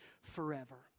forever